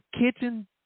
kitchen